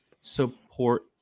support